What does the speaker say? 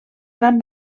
gran